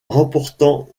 remportant